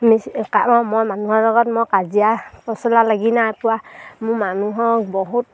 মিচি মই মানুহৰ লগত মই কাজিয়া পচলা লাগি নাই পোৱা মোৰ মানুহক বহুত